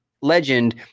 legend